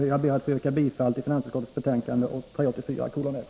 Jag ber att få yrka bifall till hemställan i finansutskottets betänkande 1983/84:1.